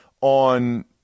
on